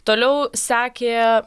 toliau sekė